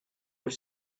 your